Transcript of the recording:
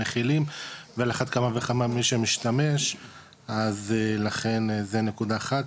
מכילים ועל אחת כמה וכמה מי שמשתמש אז לכן זה נקודה אחת.